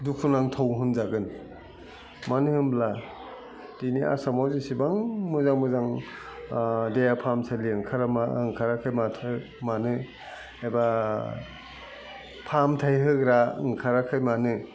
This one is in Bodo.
दुखु नांथाव होनजागोन मानो होनब्ला दिनै आसामाव जेसेबां मोजां मोजां देहा फाहामसालि ओंखाराखै मानो एबा फाहामथाय होग्रा ओंखाराखै मानो